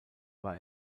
war